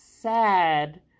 sad